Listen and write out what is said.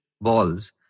balls